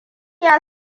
ya